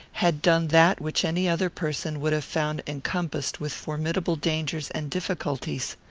had done that which any other person would have found encompassed with formidable dangers and difficulties.